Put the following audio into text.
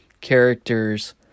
characters